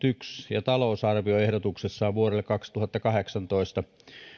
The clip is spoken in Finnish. ja talousarvioehdotuksessaan vuodelle kaksituhattakahdeksantoista